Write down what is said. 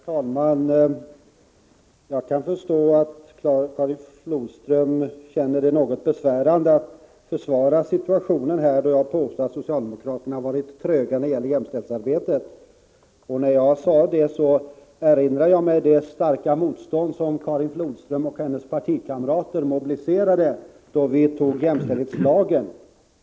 Herr talman! Jag kan förstå att Karin Flodström känner det något besvärande att försvara situationen efter mitt påstående att socialdemokraterna varit tröga när det gäller jämställdhetsarbete. När jag sade det erinrade jag mig det starka motstånd som Karin Flodström och hennes partikamrater mobiliserade när vi antog jämställdhetslagen.